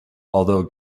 although